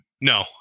No